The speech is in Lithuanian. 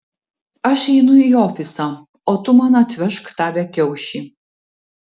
aš einu į ofisą o tu man atvežk tą bekiaušį